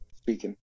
speaking